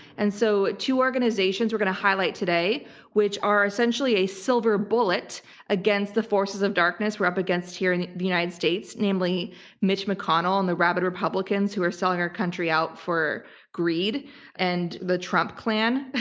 and so two organizations we're going to highlight today which are essentially a silver bullet against the forces of darkness we're up against here and in the united states, namely mitch mcconnell and the rabid republicans who are selling our country out for greed and the trump klan,